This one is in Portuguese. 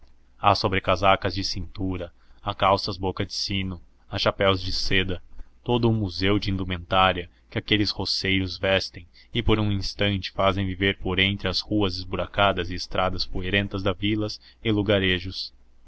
há sobrecasacas de cintura há calças boca de sino há chapéus de seda todo um museu de indumentária que aqueles roceiros vestem e por um instante fazem viver por entre as ruas esburacadas e estradas poeirentas das vilas e lugarejos